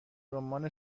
رمان